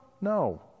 No